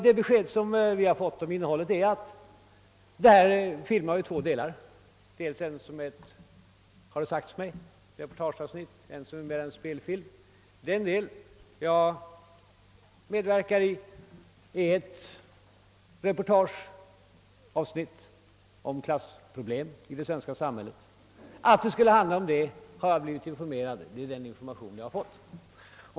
Det besked jag fått om innehållet är att filmen har två delar, dels ett reportageavsnitt, dels en spelfilm. Den del jag medverkar i är ett reportageavsnitt om klassproblem i det svenska samhället. Att det skulle handla om det har jag blivit informerad om.